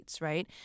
right